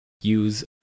use